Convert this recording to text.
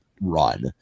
run